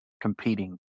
competing